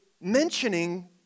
mentioning